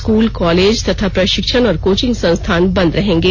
school college तथा प्रशिक्षण और कोचिंग संस्थान बंद रहेगे